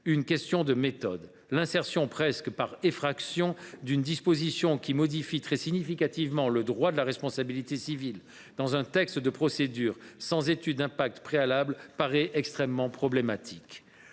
un problème de méthode : l’insertion, presque par effraction, d’une mesure qui modifie très significativement le droit de la responsabilité civile dans un texte de procédure, sans étude d’impact préalable, paraît extrêmement problématique.